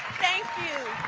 thank you.